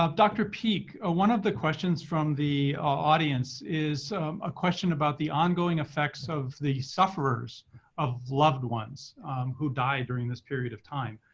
dr. peek, ah one of the questions from the audience is a question about the ongoing effects of the sufferers of loved ones who die during this period of time.